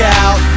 out